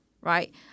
right